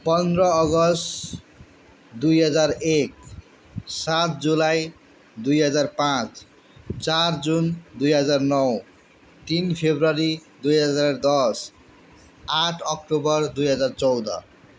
पन्ध्र अगस्त दुई हजार एक सात जुलाई दुई हजार पाँच चार जुन दुई हजार नौ तिन फेब्रुअरी दुई हजार दस आठ अक्टोबर दुई हजार चौध